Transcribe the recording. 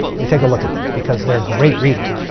we take a look at them. because they're great reading.